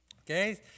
Okay